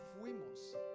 fuimos